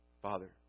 Father